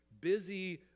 busy